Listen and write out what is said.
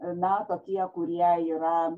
na tokie kurie yra